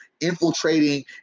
infiltrating